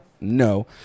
no